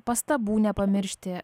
pastabų nepamiršti